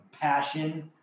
passion